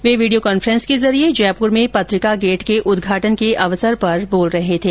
वे video conference के जरिये जयपुर में पत्रिका गेट के उदघाटन के अवसर पर बोल रहे थे